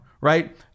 right